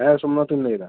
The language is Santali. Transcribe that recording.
ᱦᱮᱸ ᱥᱳᱢᱱᱟᱛᱷ ᱤᱧ ᱞᱟᱹᱭᱮᱫᱟ